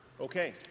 Okay